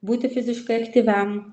būti fiziškai aktyviam